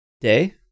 day